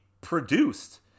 produced